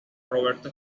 roberto